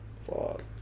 Fuck